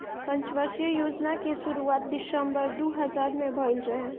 पंचवर्षीय योजना कअ शुरुआत दिसंबर दू हज़ार में भइल रहे